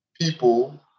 people